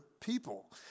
people